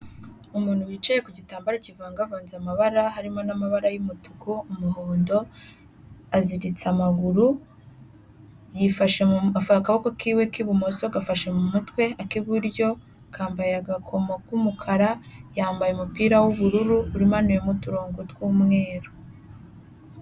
Umuntu wicaye ku gitambaro kivanga avanze amabara, harimo n'amabara y'umutuku, umuhondo ,azigitse amaguru ,yifashe mu afashe akaboko k'iwe k'ibumoso gafashe mu mutwe ,ak'iburyo kambaye agakomo k'umukara ,yambaye umupira w'ubururu umanuyemo uturongo tw'umweru.